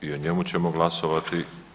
I o njemu ćemo glasovati.